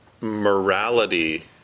morality